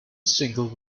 single